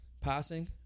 passing